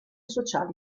sociale